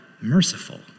merciful